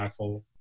impactful